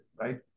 right